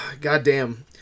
goddamn